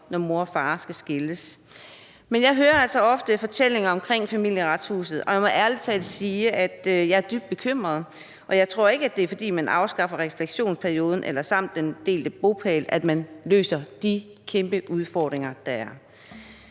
når mor og far skal skilles. Men jeg hører altså ofte fortællinger om Familieretshuset, og jeg må ærlig talt sige, at jeg er dybt bekymret. Jeg tror ikke, det er ved at afskaffe refleksionsperioden og den tvungne delte bopæl, at man løser de kæmpe udfordringer, der er.